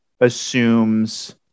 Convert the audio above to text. assumes